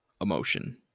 emotion